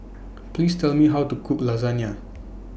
Please Tell Me How to Cook Lasagna